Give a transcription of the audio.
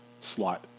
slot